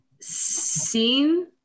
seen